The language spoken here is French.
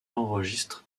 enregistre